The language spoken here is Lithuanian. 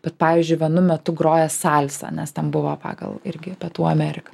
bet pavyzdžiui vienu metu groja salsa nes ten buvo pagal irgi pietų ameriką